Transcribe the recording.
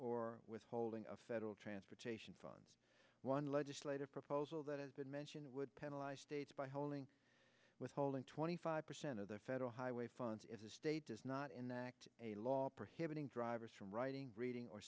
or withholding of federal transportation funds one legislative proposal that has been mentioned would penalize states by holding withholding twenty five percent of the federal highway funds if stage is not in the act a law prohibiting drivers from writing reading or